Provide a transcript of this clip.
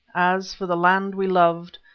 as for the land we loved,